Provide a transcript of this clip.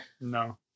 No